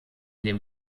dem